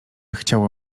chciało